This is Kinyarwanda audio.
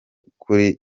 kuri